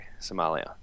Somalia